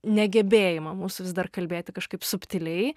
negebėjimą mūsų vis dar kalbėti kažkaip subtiliai